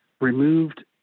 removed